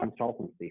consultancy